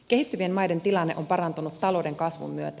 kehittyvien maiden tilanne on parantunut talouden kasvun myötä